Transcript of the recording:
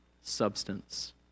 substance